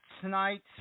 tonight